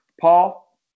Paul